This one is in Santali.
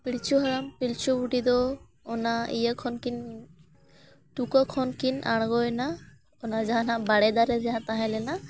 ᱯᱤᱲᱪᱩ ᱦᱟᱲᱟᱢ ᱯᱤᱞᱪᱩ ᱵᱩᱰᱷᱤ ᱫᱚ ᱚᱱᱟ ᱤᱭᱟᱹ ᱠᱷᱚᱱ ᱠᱤᱱ ᱛᱩᱠᱟᱹ ᱠᱷᱚᱱ ᱠᱤᱱ ᱟᱬᱜᱚᱭᱮᱱᱟ ᱚᱱᱟ ᱡᱟᱦᱟᱱᱟᱜ ᱵᱟᱲᱮ ᱫᱟᱨᱮ ᱡᱟᱦᱟᱸ ᱛᱟᱦᱮᱸ ᱞᱮᱱᱟ